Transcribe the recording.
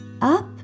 up